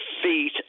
feet